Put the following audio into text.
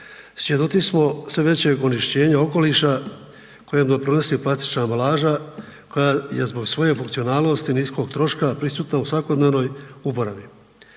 svjedoci smo sve više onečišćenja okoliša koje .../Govornik se ne razumije./... plastična ambalaža koja je zbog svoje funkcionalnosti, nisko troška prisutna u svakodnevnoj uporabi.